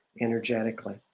energetically